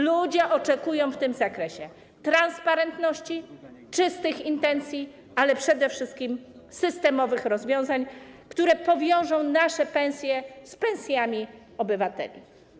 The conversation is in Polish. Ludzie oczekują w tym zakresie transparentności, czystych intencji, ale przede wszystkim systemowych rozwiązań, które powiążą nasze pensje z pensjami obywateli.